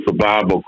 survival